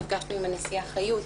נפגשנו עם הנשיאה חיות,